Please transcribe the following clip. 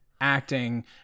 Acting